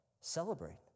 celebrate